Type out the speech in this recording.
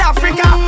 Africa